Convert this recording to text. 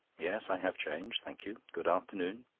yes, i have change. thank you. good afternoon.